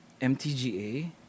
MTGA